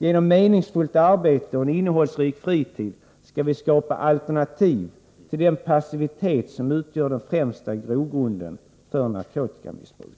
Genom meningsfullt arbete och innehållsrik fritid skall vi skapa alternativ till den passivitet som utgör den främsta grogrunden för narkotikamissbruket.